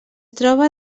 troba